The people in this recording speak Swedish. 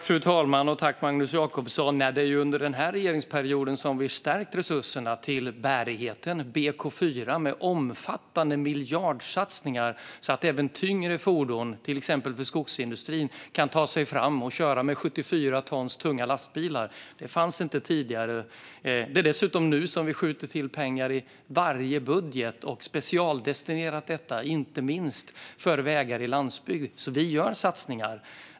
Fru talman! Det är under denna regeringsperiod som vi stärkt resurserna till bärigheten, BK4. Det är omfattande miljardsatsningar så att även tyngre fordon, till exempel inom skogsindustrin, kan ta sig fram. Man kan då köra med 74 ton tunga lastbilar. Detta fanns inte tidigare. Det är dessutom nu som vi skjuter till pengar i varje budget - detta är specialdestinerat. Det handlar inte minst om vägar i landsbygd. Vi gör alltså satsningar.